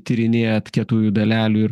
tyrinėjat kietųjų dalelių ir